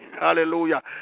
Hallelujah